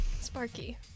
Sparky